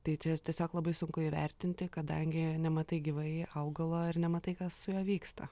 tai čia tiesiog labai sunku įvertinti kadangi nematai gyvai augalo ir nematai kas su juo vyksta